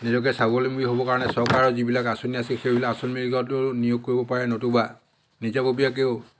নিজকে স্বাৱলম্বী হ'বৰ কাৰণে চৰকাৰৰ যিবিলাক আঁচনি আছে সেইবিলাক আঁচনিবিলাকতো নিয়োগ কৰিব পাৰে নতুবা নিজাববীয়াকেও